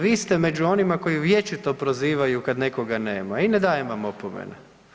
Vi ste među onima koji vječito prozivaju kad nekoga nema i ne dajem vam opomene.